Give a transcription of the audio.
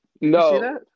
no